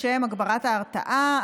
לשם הגברת ההרתעה,